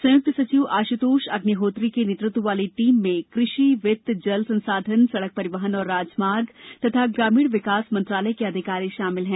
संयुक्त सचिव आशुतोष अग्निहोत्री के नेतृत्व वाली टीम में कृषि वित्त जल संसाधन सड़क परिवहन और राजमार्ग और ग्रामीण विकास मंत्रालय के अधिकारी शामिल हैं